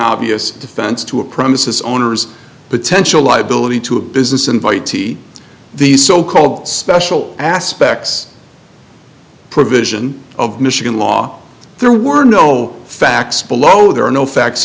obvious defense to a premises owner's potential liability to a business invitee these so called special aspects provision of michigan law there were no facts below there are no facts